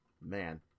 man